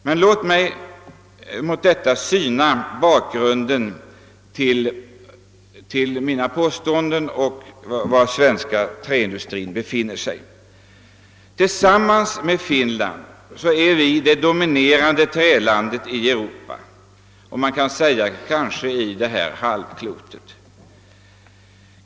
Men låt mig något närmare motivera mina påståenden om var den svenska träindustrin befinner sig. Jämte Finland är Sverige det dominerande trälandet i Europa -— ja, man kan säga på halvklotet.